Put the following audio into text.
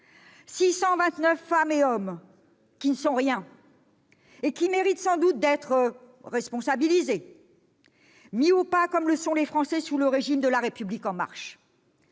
629 femmes et hommes qui « ne sont rien » et qui méritent sans doute d'être « responsabilisés », mis au pas, comme le sont les Français sous le régime de La République En Marche.